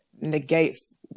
negates